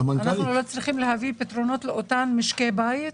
אנחנו לא צריכים להביא פתרונות לאותם משקי בית?